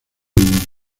mundo